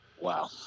Wow